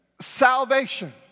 Salvation